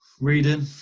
Reading